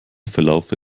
verlaufe